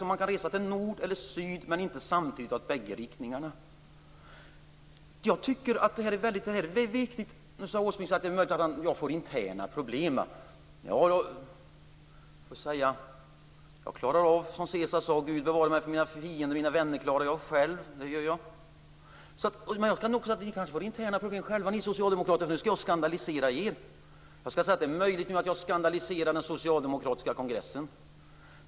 Man kan resa till nord och till syd men inte åt bägge riktningarna samtidigt. Jag tycker att det här är väldigt viktigt. Åsbrink sade att det är möjligt att jag får interna problem. Jag klarar nog av det. För att travestera: Caesar sade: Gud bevare mig för mina fiender, och mina vänner klarar jag av själv. Det gör jag också. Men ni kanske själva får interna problem om jag skandaliserar er. Det är möjligt att jag nu skandaliserar den socialdemokratiska kongressen.